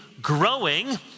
growing